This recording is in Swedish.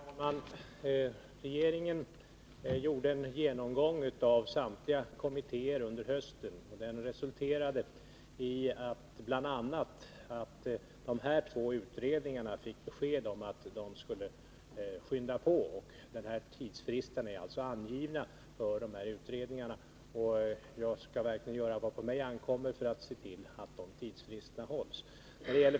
Herr talman! Regeringen gjorde under hösten en genomgång av samtliga kommittéer. Den resulterade i att bl.a. de här två utredningarna fick besked om att de skulle skynda på. Det finns alltså angivet en tidsfrist för dessa utredningar. Jag skall verkligen göra vad på mig ankommer för att se till att tidsfristen hålls.